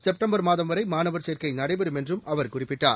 September மாதம் வரை மாணவர் சேர்க்கை நடைபெறும் என்றும் அவர் குறிப்பிட்டார்